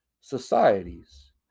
societies